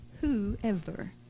whoever